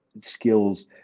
skills